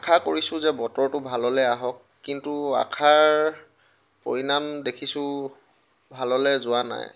আশা কৰিছোঁ যে বতৰটো ভাললৈ আহক কিন্তু আশাৰ পৰিণাম দেখিছোঁ ভাললৈ যোৱা নাই